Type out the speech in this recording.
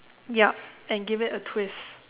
yup and give it a twist